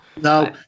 No